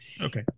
Okay